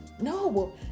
No